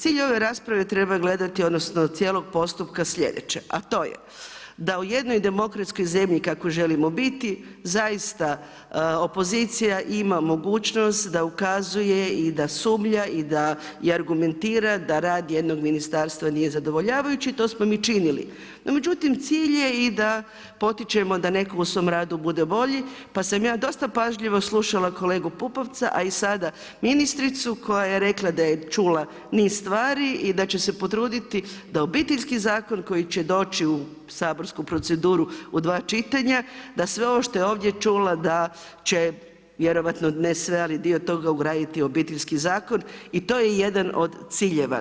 Cilj ove rasprave treba gledati odnosno cijelog postupka sljedeće, a to je da u jednoj demokratskoj zemlji kakva želimo biti zaista opozicija ima mogućnost da ukazuje i da sumnja i da argumentira da rad jednog ministarstva nije zadovoljavajući to smo mi čini, no međutim cilj je i da potičemo da neko u svom radu bude bolji pa sam ja dosta pažljivo slušala kolegu Pupovca, a i sada ministricu koja je rekla da je čula niz stvari i da će se potruditi da Obiteljski zakon koji će doći u saborsku proceduru u dva čitanja da sve ovo što je ovdje čula da će vjerojatno, ne sve, ali dio toga ugraditi u Obiteljski zakon i to je jedan od ciljeva.